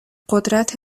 قدرت